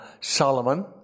Solomon